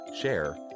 share